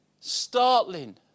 Startling